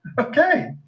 Okay